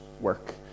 work